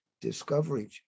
Discovery